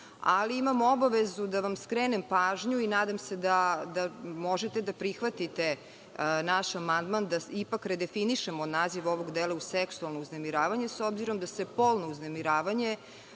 analogijom. Imam obavezu da vam skrenem pažnju i nadam se da možete da prihvatite naš amandman da ipak redefinišemo naziv ovog dela u seksualno uznemiravanje s obzirom da se polno uznemiravanje